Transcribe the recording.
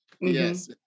Yes